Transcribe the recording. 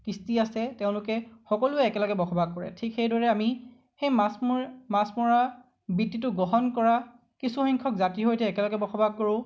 কৃষ্টি আছে তেওঁলোকে সকলো একেলগে বসবাস কৰে ঠিক সেইদৰে আমি সেই মাছমৰীয়া মাছ মৰা বৃত্তিটো গ্ৰহণ কৰা কিছুসংখ্যক জাতিৰ সৈতে একেলগে বসবাস কৰোঁ